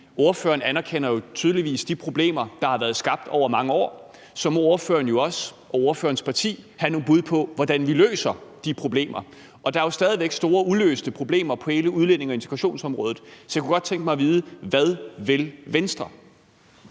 ordføreren anerkender jo tydeligvis de problemer, der har været skabt over mange år. Så må ordføreren og ordførerens parti jo også have nogle bud på, hvordan vi løser de problemer. Der er jo stadig væk store uløste problemer på hele udlændinge- og integrationsområdet, så jeg kunne godt tænke mig at vide: Hvad vil Venstre?